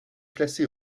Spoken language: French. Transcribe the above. classé